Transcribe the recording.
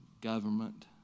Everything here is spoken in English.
government